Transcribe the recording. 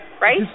Right